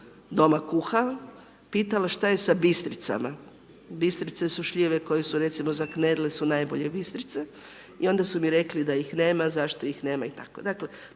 doma kuha, pitala šta je sa bistricama. Bistrice su šljive koje su recimo za knedle su najbolje bistrice i onda su mi rekli da ih nema, zašto ih nema itd.